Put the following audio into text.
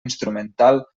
instrumental